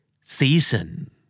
Season